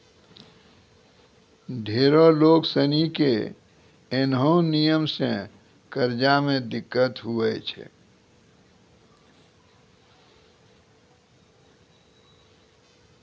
ढेरो लोग सनी के ऐन्हो नियम से कर्जा मे दिक्कत हुवै छै